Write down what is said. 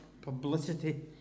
publicity